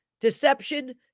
deception